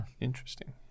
Interesting